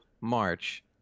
March